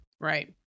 Right